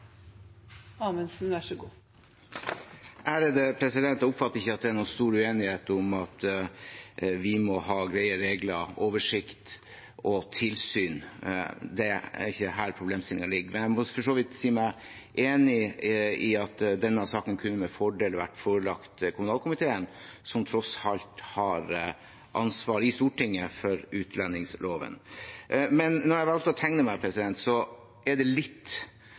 noen stor uenighet om at vi må ha greie regler, oversikt og tilsyn. Det er ikke her problemstillingen ligger. Men jeg må for så vidt si meg enig i at denne saken med fordel kunne vært forelagt kommunalkomiteen, som tross alt har ansvar i Stortinget for utlendingsloven. Når jeg valgte å tegne meg, er det fordi jeg opplever at særlig Sosialistisk Venstreparti og andre partier langt ute på venstresiden velger å formulere seg slik at det